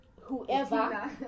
whoever